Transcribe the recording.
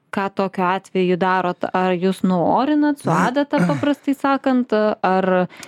ką tokiu atveju darot ar jūs nuorinat su adata paprastai sakant ar